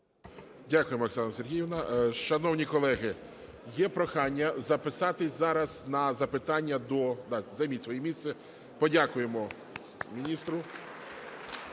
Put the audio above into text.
Дякуємо, Оксана Сергіївна. Шановні колеги, є прохання записатись зараз на запитання до… Так, займіть своє місце. Подякуємо міністру.